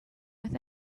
with